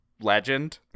legend